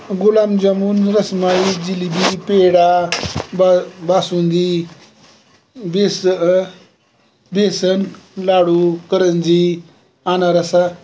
गुलाबजामून रसमलाई जिलेबी पेढा ब बासुंदी बेस बेसन लाडू करंजी अनारसा